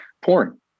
porn